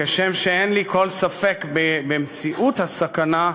כשם שאין לי כל ספק במציאות הסכנה,